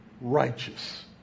righteous